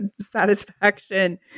satisfaction